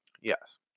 Yes